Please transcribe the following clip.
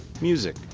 music